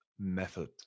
method